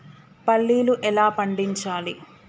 పల్లీలు ఎలా పండించాలి?